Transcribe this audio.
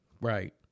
Right